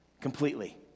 completely